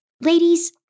ladies